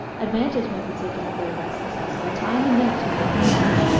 advantage may be taken of their restlessness, by tying a note to one of their necks,